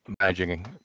imagining